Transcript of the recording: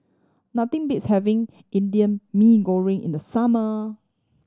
nothing beats having Indian Mee Goreng in the summer